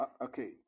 okay